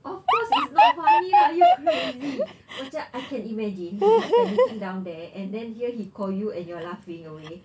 of course it's not funny lah you crazy macam I can imagine you don't have anything down there and then here he call you and you are laughing away